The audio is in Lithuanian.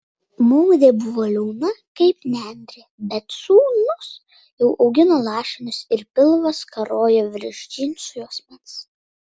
modė buvo liauna kaip nendrė bet sūnus jau augino lašinius ir pilvas karojo virš džinsų juosmens